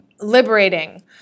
liberating